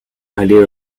idea